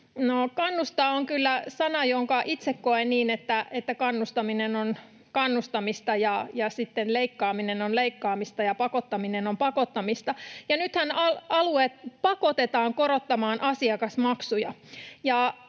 ”kannustaa” on kyllä sana, jonka itse koen niin, että kannustaminen on kannustamista ja sitten leikkaaminen on leikkaamista ja pakottaminen on pakottamista — ja nythän alueet pakotetaan korottamaan asiakasmaksuja.